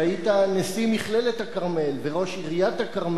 נשיא מכללת הכרמל וראש עיריית הכרמל.